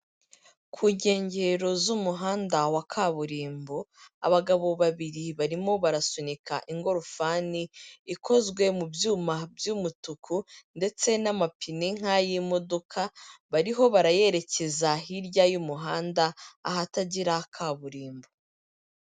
Ku nkengero z'umuhanda wa kaburimbo, abagabo babiri barimo barasunika ingorofani ikozwe mu byuma by'umutuku ndetse n'amapine nk'ay'imodoka, bariho barayerekeza hirya y'umuhanda, ahatagira kaburimbo.